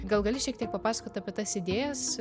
gal gali šiek tiek papasakot apie tas idėjas